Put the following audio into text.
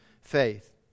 Faith